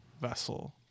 vessel